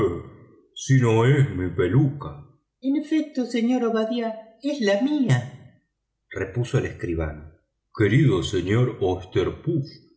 si no es mi peluca en efecto señor obadiah es la mía repuso el escribano querido señor oysterpuf cómo